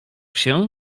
się